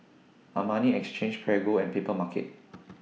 Armani Exchange Prego and Papermarket